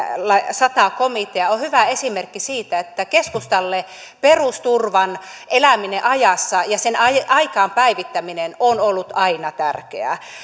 sata komitea on hyvä esimerkki siitä että keskustalle perusturvan eläminen ajassa ja sen aikaan päivittäminen on ollut aina tärkeää